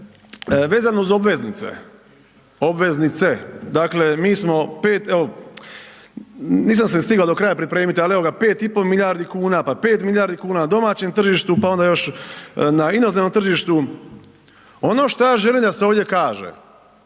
obveznice, obveznice, dakle mi smo 5, evo nisam se stigo do kraja pripremit, al evo ga 5,5 milijardi kuna, pa 5 milijardi kuna na domaćem tržištu, pa onda još na inozemnom tržištu, ono što ja želim da se ovdje kaže,